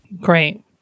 Great